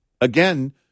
again